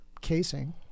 casing